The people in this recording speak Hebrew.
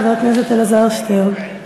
חבר הכנסת אלעזר שטרן.